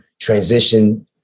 transition